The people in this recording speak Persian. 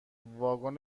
واگن